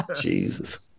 Jesus